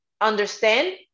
understand